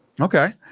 Okay